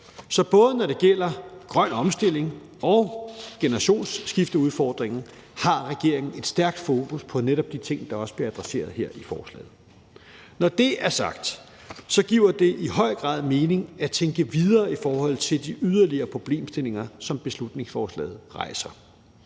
Så både når det gælder grøn omstilling og generationsskifteudfordringen, har regeringen et stærkt fokus på netop de ting, der også bliver adresseret her i forslaget. Kl. 17:41 Når det er sagt, giver det i høj grad mening at tænke videre i forhold til de yderligere problemstillinger, som beslutningsforslaget rejser.